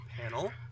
panel